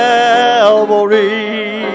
Calvary